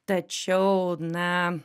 tačiau na